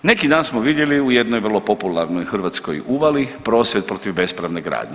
Neki dan smo vidjeli u jednoj vrlo popularnoj hrvatskoj uvali prosvjed protiv bespravne gradnje.